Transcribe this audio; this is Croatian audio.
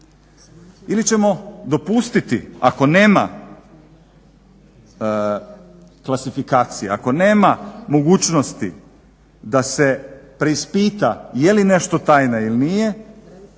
Ili ćemo dopustiti ako nema klasifikacije ako nema mogućnosti da se preispita jeli nešto tajna ili nije